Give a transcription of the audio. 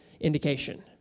indication